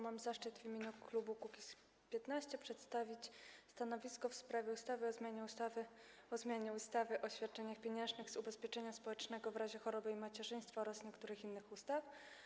Mam zaszczyt w imieniu klubu Kukiz’15 przedstawić stanowisko w sprawie ustawy o zmianie ustawy o zmianie ustawy o świadczeniach pieniężnych z ubezpieczenia społecznego w razie choroby i macierzyństwa oraz niektórych innych ustaw.